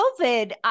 COVID